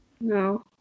No